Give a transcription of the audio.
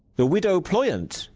the widow pliant.